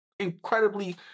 incredibly